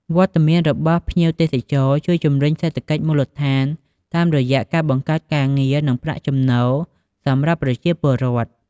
វត្តមានរបស់ភ្ញៀវទេសចរជួយជំរុញសេដ្ឋកិច្ចមូលដ្ឋាន តាមរយៈការបង្កើតការងារ និងប្រាក់ចំណូលសម្រាប់ប្រជាពលរដ្ឋ។